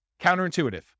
Counterintuitive